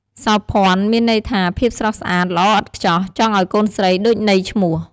សោភ័ណ្ឌ មានន័យថាភាពស្រស់ស្អាត ល្អឥតខ្ចោះ ចង់ឲ្យកូនស្រីដូចន័យឈ្មោះ។